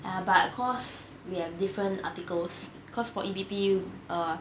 ya but cause we have different articles cause for E_V_P err